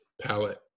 palette